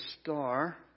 star